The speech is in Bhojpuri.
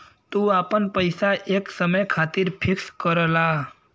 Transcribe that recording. तू आपन पइसा एक समय खातिर फिक्स करला